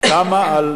קמה על